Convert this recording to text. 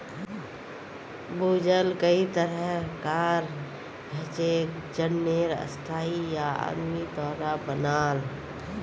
भूजल कई तरह कार हछेक जेन्ने स्थाई या आदमी द्वारा बनाल